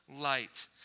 light